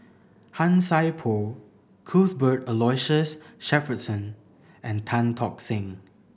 Han Sai Por Cuthbert Aloysius Shepherdson and Tan Tock Seng